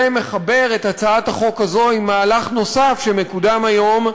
זה מחבר את הצעת החוק הזאת עם מהלך נוסף שמקודם היום,